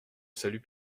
salut